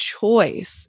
choice